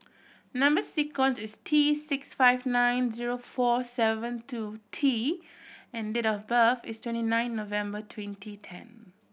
number sequence is T six five nine zero four seven two T and date of birth is twenty nine November twenty ten